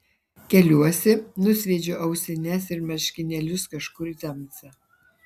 keliuosi nusviedžiu ausines ir marškinėlius kažkur į tamsą